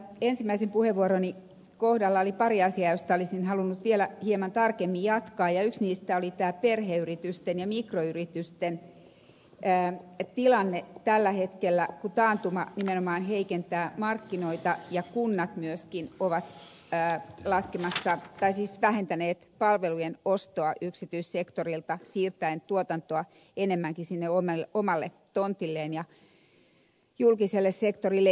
ensimmäisen puheenvuoroni kohdalla oli pari asiaa joista olisin halunnut vielä hieman tarkemmin jatkaa ja yksi niistä on perheyritysten ja mikroyritysten tilanne tällä hetkellä kun taantuma nimenomaan heikentää markkinoita ja kunnat myöskin ovat vähentäneet palvelujen ostoa yksityissektorilta siirtäen tuotantoa enemmänkin sinne omalle tontilleen ja julkiselle sektorille itselleen